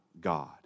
God